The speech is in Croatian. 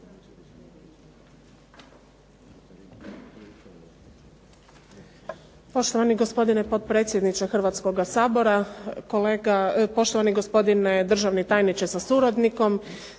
Poštovani gospodine potpredsjedničke Hrvatskoga sabora, poštovani gospodine državni tajniče sa suradnikom,